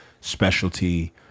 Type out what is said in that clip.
specialty